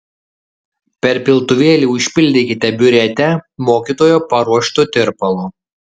per piltuvėlį užpildykite biuretę mokytojo paruoštu tirpalu